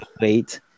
wait